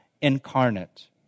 incarnate